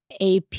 AP